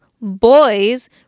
boys